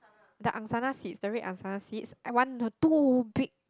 the Angsana seed the red Angsana seed I want too big